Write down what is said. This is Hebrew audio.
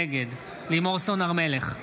נגד לימור סון הר מלך,